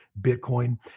Bitcoin